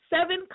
seven